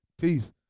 Peace